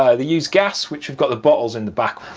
ah they use gas, which we've got the bottles and the back.